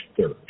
third